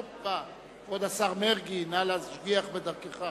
הופה, כבוד השר מרגי, נא להשגיח בדרכך.